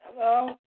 Hello